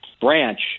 branch